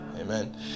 Amen